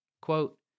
Quote